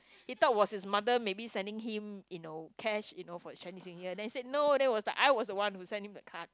he thought was his mother maybe sending him you know cash you know for Chinese New Year then said no there was I was the one who sent him the card